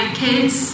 kids